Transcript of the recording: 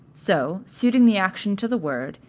so, suiting the action to the word,